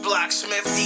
Blacksmith